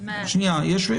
תובנות.